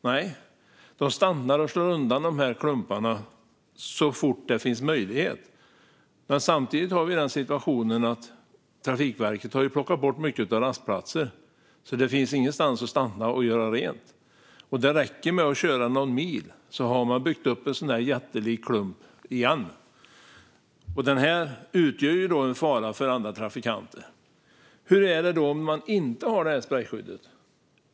Nej, de stannar och slår undan klumparna så fort det finns möjlighet. Samtidigt har vi situationen att Trafikverket har plockat bort många rastplatser, så det finns ingenstans att stanna och göra rent. Och det räcker med att köra någon mil så har det byggts upp en jättelik klump igen. Den utgör en fara för andra trafikanter. Hur är det då om man inte har det här sprejskyddet?